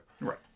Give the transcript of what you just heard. Right